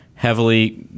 Heavily